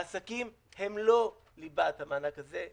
העסקים הם לא ליבת המענק הזה.